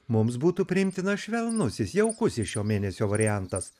mums būtų priimtina švelnusis jaukusis šio mėnesio variantas